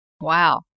Wow